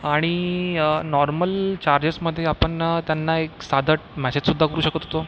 आणि नॉर्मल चार्जेसमध्ये आपण त्यांना एक साधा मेसेजसुद्धा करू शकत होतो